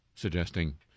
suggesting